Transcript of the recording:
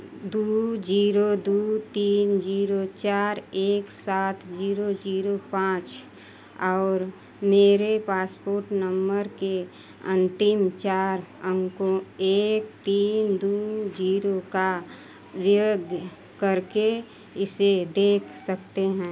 दो ज़ीरो दो तीन ज़ीरो चार एक सात ज़ीरो ज़ीरो पाँच और मेरे पासपोर्ट नम्बर के अन्तिम चार अंकों एक तीन दो ज़ीरो का प्रयोग कर के इसे देख सकते हैं